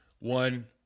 One